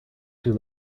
too